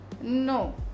No